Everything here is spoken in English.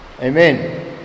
Amen